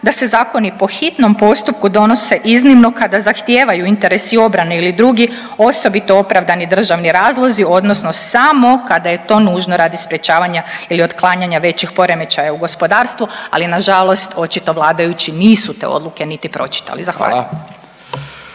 da se zakoni po hitnom postupku donose iznimno kada zahtijevaju interesi obrane ili drugi, osobito opravdani državni razlozi, odnosno samo kada je to nužno radi sprječavanja ili otklanjanja većih poremećaja u gospodarstvu, ali nažalost očito vladajući nisu te odluke niti pročitali.